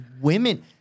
women